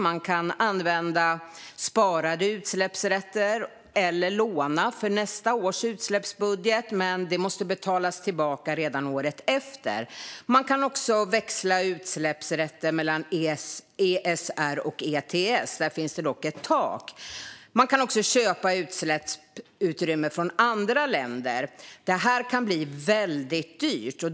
Man kan använda sparade utsläppsrätter eller låna från nästa års utsläppsbudget, men det måste betalas tillbaka redan året efter. Man kan växla utsläppsrätter mellan ESR och ETS, men där finns det ett tak. Man kan också köpa utsläppsutrymme från andra länder, vilket kan bli väldigt dyrt.